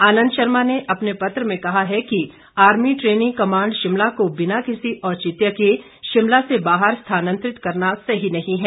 आनंद शर्मा ने अपने पत्र में कहा है कि आर्मी ट्रेनिंग कमांड शिमला को बिना किसी औचित्य के शिमला से बाहर स्थानातंरित करना सही नहीं है